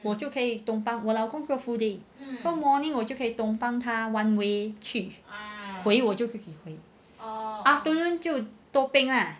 我就可以 tumpang 我老公做 full day so morning 我就可以 tumpang 他 one way 去回我就自己回 afternoon 就 toh peng lah